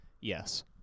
yes